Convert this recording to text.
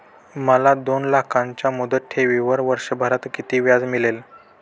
मला दोन लाखांच्या मुदत ठेवीवर वर्षभरात किती व्याज मिळेल?